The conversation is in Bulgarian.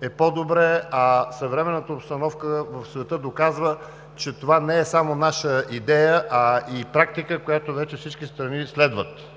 е по-добре, а съвременната обстановка в света доказва, че това не е само наша идея, а и практика, която вече всички страни следват.